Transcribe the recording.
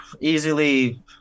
easily